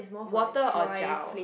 water or gel